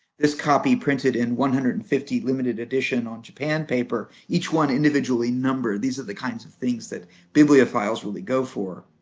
this copy printed in one hundred and fifty limited edition on japan paper, each one individually numbered, these are the kinds of things that bibliophiles really go for.